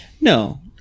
no